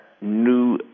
new